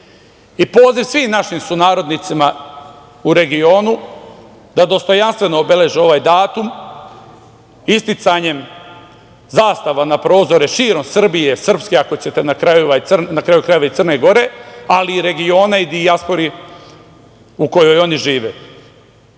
poziv svim našim sunarodnicima u regionu da dostojanstveno obeleže ovaj datum isticanjem zastava na prozore širom Srbije, Srpske, ako hoćete na kraju, krajeva i Crne Gore, ali i regiona i dijaspore u kojoj oni žive.